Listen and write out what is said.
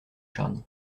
charny